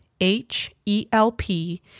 H-E-L-P